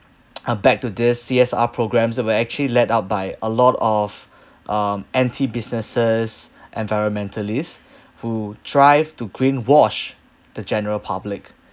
uh back to this C_S_R programs were actually led up by a lot of um anti-businesses environmentalist who thrive to greenwash the general public